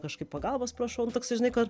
kažkaip pagalbos prašau nu toksai žinai kad